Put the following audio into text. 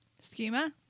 Schema